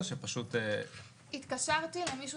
התקשרתי למישהו